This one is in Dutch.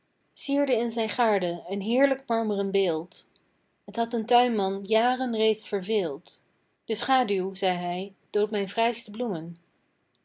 in zijn gaarde een heerlijk marmeren beeld het had den tuinman jaren reeds verveeld de schaduw zei hij doodt mijn fraaiste bloemen